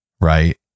right